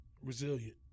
Resilient